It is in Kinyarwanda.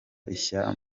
ishya